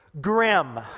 grim